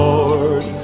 Lord